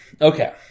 Okay